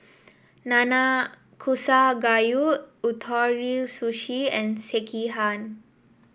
Nanakusa Gayu Ootoro Sushi and Sekihan